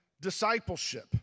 discipleship